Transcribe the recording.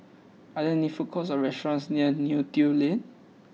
are there food courts or restaurants near Neo Tiew Lane